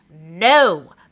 no